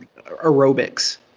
aerobics